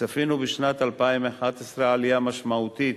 צפינו בשנת 2011 עלייה משמעותית